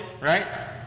right